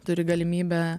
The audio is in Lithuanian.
turi galimybę